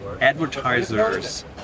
advertisers